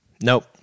Nope